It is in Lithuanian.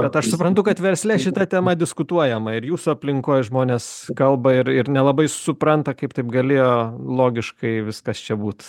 bet aš suprantu kad versle šita tema diskutuojama ir jūsų aplinkoj žmonės kalba ir ir nelabai supranta kaip taip galėjo logiškai viskas čia būt